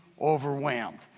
overwhelmed